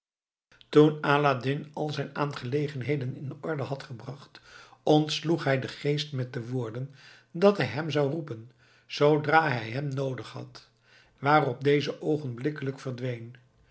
toen aladdin al zijn aangelegenheden in orde had gebracht ontsloeg hij den geest met de woorden dat hij hem zou roepen zoodra hij hem noodig had waarop deze oogenblikkelijk verdween